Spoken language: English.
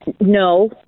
No